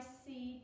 see